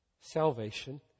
salvation